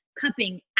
cupping